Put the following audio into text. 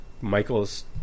Michaels